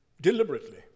deliberately